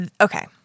Okay